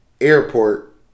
airport